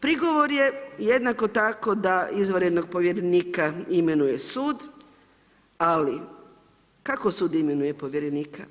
Prigovor je jednako tako da izvanrednog povjerenika imenuje sud, ali kako sud imenuje povjerenika?